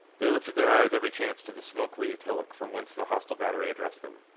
they lifted their eyes every chance to the smoke-wreathed hillock from whence the hostile battery addressed them.